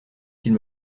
qu’il